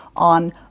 on